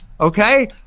okay